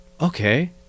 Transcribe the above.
okay